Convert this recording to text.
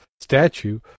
statue